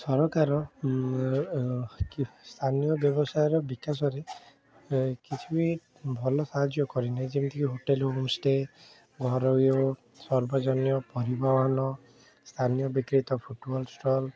ସରକାର ସ୍ଥାନୀୟ ବ୍ୟବସାୟର ବିକାଶରେ କିଛି ବି ଭଲ ସାହାଯ୍ୟ କରିନାହିଁ ଯେମିତି କି ହୋଟେଲ ହେଉ ଷ୍ଟେ ଘର ଇଏ ହଉ ସର୍ବ ଯାନୀୟ ପରିବହନ ସ୍ଥାନୀୟ ବିକ୍ରିତ ଫୁଟବଲ ଷ୍ଟଲ୍